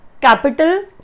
capital